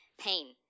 pain